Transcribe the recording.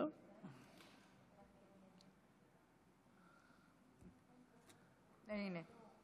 הינה.